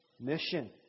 mission